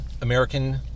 American